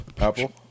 Apple